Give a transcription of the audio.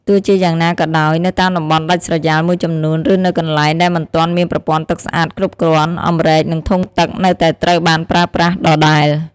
ទោះជាយ៉ាងណាក៏ដោយ នៅតាមតំបន់ដាច់ស្រយាលមួយចំនួន ឬនៅកន្លែងដែលមិនទាន់មានប្រព័ន្ធទឹកស្អាតគ្រប់គ្រាន់ អម្រែក និងធុងទឹកនៅតែត្រូវបានប្រើប្រាស់ដដែល។